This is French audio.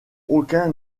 aucun